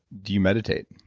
do you meditate?